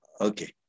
Okay